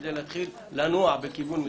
כדי להתחיל לנוע בכיוון מסוים.